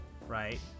Right